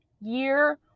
year